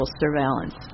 surveillance